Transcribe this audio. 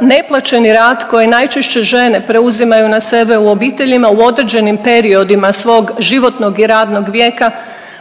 neplaćeni rad koji najčešće žene preuzimaju na sebe u obiteljima u određenim periodima svog životnog i radnog vijeka